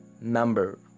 number